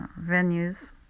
venues